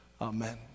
Amen